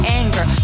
anger